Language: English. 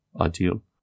ideal